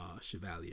Chevalier